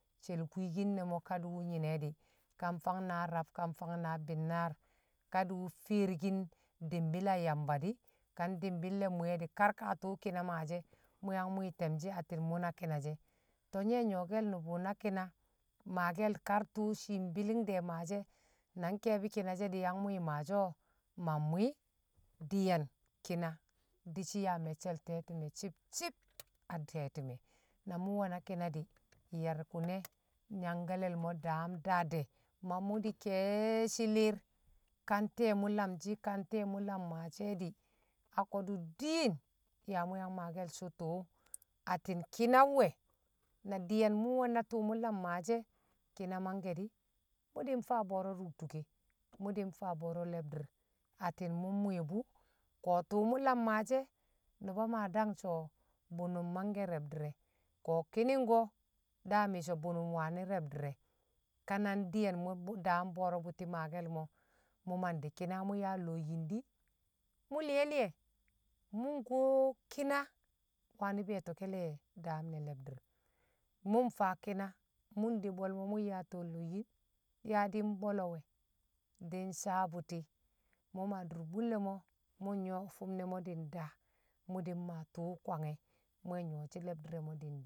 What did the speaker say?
she̱l kwiikin ne̱ mo̱ ka di̱ wu̱ nyine̱ di̱ ka mfang naa rab a mfang naa binnaar ka di wṵ feerkin di̱mbi̱l a yamba di̱ka di̱mbi̱l le̱ mwi̱ye̱ di̱ kar ka tṵṵ kina maashi e̱ mṵ yang mwi̱ te̱mshi̱ atti̱n muna ki̱nashe̱ to̱ nyi̱ we̱ nyo̱ke̱l mṵbṵ na ki̱na maake̱l kar tṵṵ shi mbi̱li̱ng de̱ maashi e̱ nan ke̱e̱bi̱ ki̱na she̱ di̱ yang mwi̱ maashi o̱, ma mmwi̱i̱ di̱ye̱n ki̱na di̱shi̱ yaa me̱cce̱l te̱ti̱me shi̱b- shi̱b a nte̱ti̱me̱ na mṵ we na ki̱na di nye̱r kṵne̱ nyang kale̱l mo̱ daam daa de̱ ma mṵ di̱ ke̱e̱shi̱ li̱r ka nte̱e̱ mṵ lamshi kan te̱e̱ mṵ lam maashe̱ di, a ko̱dṵ din yaa mṵ yang maake̱l sṵṵ tṵṵ attin kina nwe̱ na di̱ye̱n mṵ we̱ na tṵṵ mṵ lam maashi e̱ kina mangke̱ di̱ mṵ di̱ mudin faa bo̱o̱ro̱ ruktuke mṵ di̱ nfaa bo̱o̱ro̱ le̱bdi̱r atti̱n mṵ mwi̱bṵ ko tṵṵ mṵ lam mashi e̱, nṵba maa dang so̱ bṵna̱m mangke reb di̱re̱, ko̱ ki̱di̱ng ko̱ daa, mi̱ so̱ bunum wami̱ re̱b di̱re̱ kana diyen mṵ daam bo̱o̱ro̱ bṵti̱ maake̱l mo̱ mṵ mandi̱ ki̱na mṵ yaa lo̱o̱ yin di̱ mṵ liye̱-liye̱ mṵ nko kina wani be̱e̱to̱ke̱ le̱ daam ne̱ le̱bdir mṵ mfaa ki̱na mṵ de bwe̱l o̱ mṵ yaata lo̱o̱ yin yaa di̱ mbo̱lo̱ we̱ di̱ sa bṵti̱ mṵ ma dur bṵlle̱ mo̱ mṵ nyo̱ fim ne̱ mo di̱ daa mo̱ maa tṵṵ kwange mṵ we̱ nyo̱shi le̱bdi̱r re̱ mo̱ di̱ ndaa.